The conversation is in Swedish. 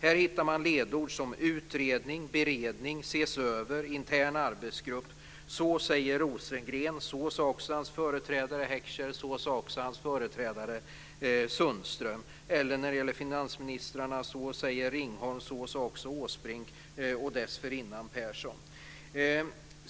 Här hittar man ledord som utredning, beredning, ses över och intern arbetsgrupp. Så säger Rosengren. Så sade också hans företrädare Heckscher. Så sade också hans företrädare Sundström. Eller när det gäller finansministrarna, så säger Ringholm, så sade också Åsbrink och dessförinnan Persson.